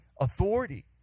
authority